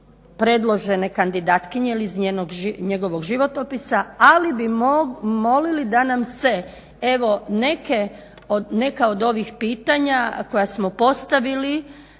predložene kandidatkinje ili njegovog životopisa, ali bi molili da nam se evo neka od ovih pitanja koja smo postavili